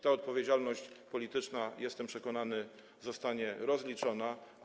Ta odpowiedzialność polityczna, jestem przekonany, zostanie rozliczona.